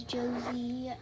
Josie